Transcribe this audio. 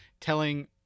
telling